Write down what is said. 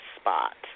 spot